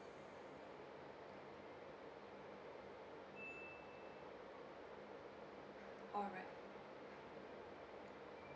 alright